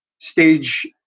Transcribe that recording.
stage